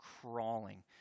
crawling